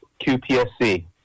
QPSC